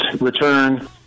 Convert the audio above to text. return